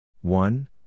One